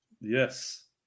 yes